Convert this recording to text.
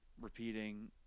repeating